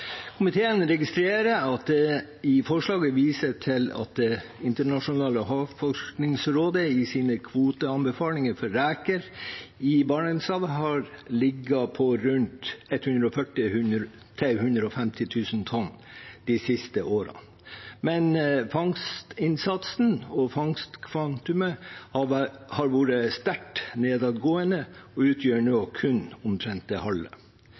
Komiteen registrerer at det i forslaget vises til at Det internasjonale havforskningsrådets kvoteanbefalinger for reker i Barentshavet har ligget på 140 000–150 000 tonn de siste årene, men fangstinnsatsen og fangstkvantumet har vært sterkt nedadgående og utgjør nå kun omtrent det halve.